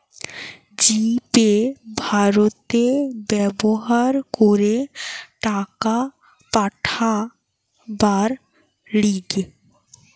জি Pay ভারতে ব্যবহার করে টাকা পাঠাবার লিগে